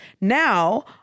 Now